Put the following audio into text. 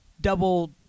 double